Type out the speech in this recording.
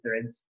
threads